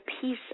peace